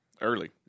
Early